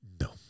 No